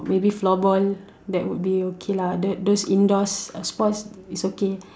maybe floorball that would be okay lah the those indoors sports is okay